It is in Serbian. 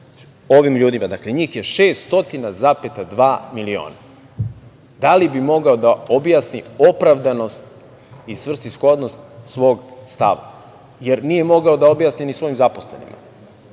ovim ljudima. Dakle, njih je 6,2 miliona. Da li bi mogao da objasni opravdanost i svrsishodnost svog stava? Jer nije mogao da objasni ni svojim zaposlenima.